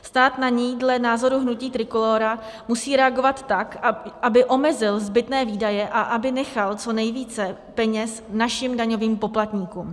Stát na ni dle názoru hnutí Trikolóra musí reagovat tak, aby omezil zbytné výdaje a aby nechal co nejvíce peněz našim daňovým poplatníkům.